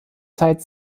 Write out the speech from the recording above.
zeit